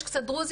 יש קצת דרוזיות,